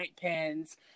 pens